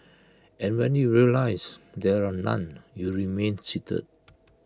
and when you realise there are none you remain seated